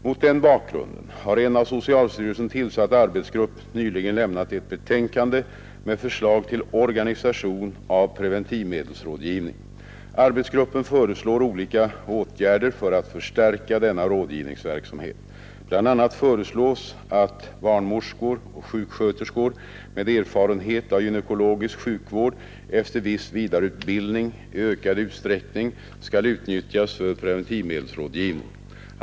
Mot den bakgrunden har en av socialstyrelsen tillsatt arbetsgrupp nyligen lämnat ett betänkande med förslag till organisation av preventivmedelsrådgivning. Arbetsgruppen föreslår olika åtgärder för att förstärka denna rådgivningsverksamhet. Bl. a. föreslås att barnmorskor och sjuksköterskor med erfarenhet av gynekologisk sjukvård efter viss vidareutbildning i ökad utsträckning skall utnyttjas för preventivmedelsrådgivning.